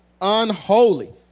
unholy